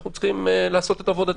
אנחנו צריכים לעשות את עבודתנו.